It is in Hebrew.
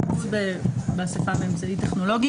לעשות בהיוועדות חזותית.